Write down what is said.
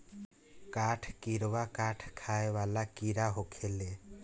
काठ किड़वा काठ खाए वाला कीड़ा होखेले